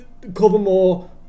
Covermore